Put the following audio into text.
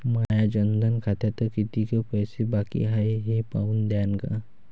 माया जनधन खात्यात कितीक पैसे बाकी हाय हे पाहून द्यान का?